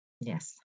Yes